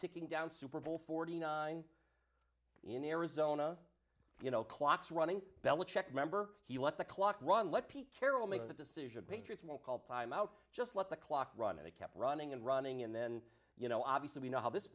ticking down super bowl forty nine in arizona you know clocks running bell a check member he let the clock run let pete carroll make the decision patriots when called timeout just let the clock run and they kept running and running and then you know obviously we know how this